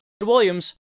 Williams